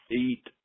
eat